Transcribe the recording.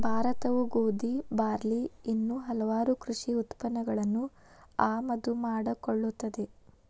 ಭಾರತವು ಗೋಧಿ, ಬಾರ್ಲಿ ಇನ್ನೂ ಹಲವಾಗು ಕೃಷಿ ಉತ್ಪನ್ನಗಳನ್ನು ಆಮದು ಮಾಡಿಕೊಳ್ಳುತ್ತದೆ